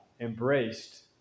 embraced